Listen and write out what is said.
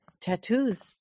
tattoos